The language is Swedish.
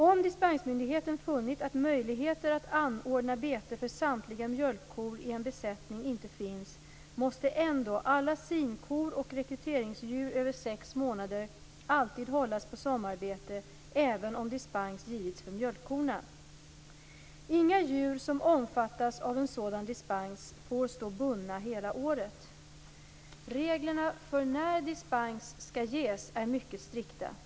Om dispensmyndigheten funnit att möjligheter att anordna bete för samtliga mjölkkor i en besättning inte finns, måste ändå alla sinkor och rekryteringsdjur över sex månader alltid hållas på sommarbete, även om dispens givits för mjölkkorna. Inga djur som omfattas av en sådan dispens får stå bundna hela året. Reglerna för när dispens skall ges är mycket strikta.